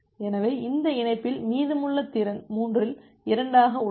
எனவே இந்த இணைப்பில் மீதமுள்ள திறன் மூன்றில் 2ஆக உள்ளது